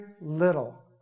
little